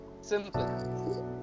Simple